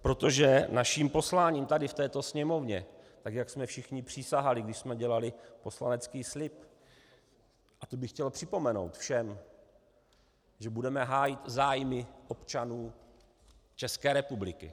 Protože naším posláním tady v této Sněmovně, tak jak jsme všichni přísahali, když jsme dělali poslanecký slib, a to bych chtěl připomenout všem, že budeme hájit zájmy občanů České republiky.